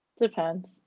Depends